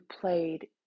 played